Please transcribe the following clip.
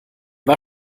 war